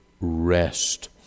rest